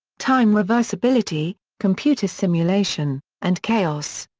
time reversibility, computer simulation, and chaos.